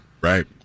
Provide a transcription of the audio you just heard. Right